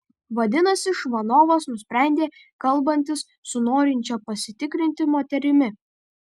vadinasi čvanovas nusprendė kalbantis su norinčia pasitikrinti moterimi